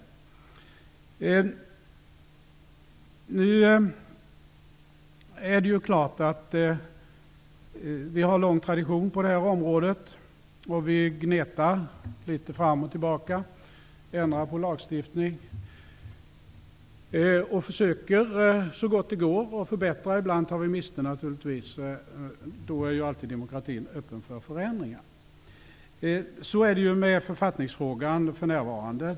Nu är det klart att vi har en lång tradition på området. Vi gnetar litet fram och tillbaka och ändrar på lagstiftningen. Vi försöker så gott det går att göra förbättringar. Ibland tar vi naturligtvis miste, men då är demokratin alltid öppen för förändringar. Så är det för närvarande med författningsfrågan.